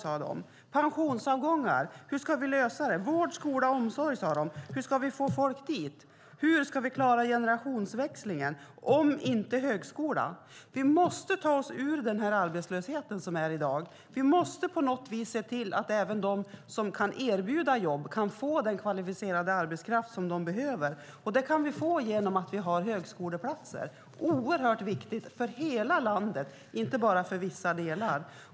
De undrade hur de ska lösa frågan med pensionsavgångar, vård, skola och omsorg, hur de ska få dit folk och hur de ska klara generationsväxlingen om inte genom högskolan. Vi måste ta oss ur den arbetslöshet som vi har i dag. Vi måste på något sätt se till att även de som kan erbjuda jobb kan få den kvalificerade arbetskraft som de behöver. Det kan vi få genom att vi har högskoleplatser. Det är oerhört viktigt för hela landet, inte bara för vissa delar.